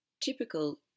typical